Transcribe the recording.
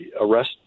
arrest